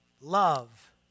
Love